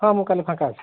ହଁ ମୁଁ କାଲି ଫାଙ୍କା ଅଛି